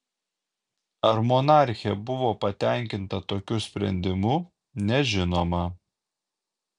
ar monarchė buvo patenkinta tokiu sprendimu nežinoma